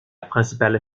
principale